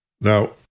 Now